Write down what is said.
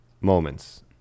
moments